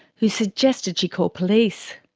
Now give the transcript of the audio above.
who suggested she call police.